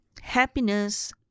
happiness